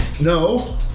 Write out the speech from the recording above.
No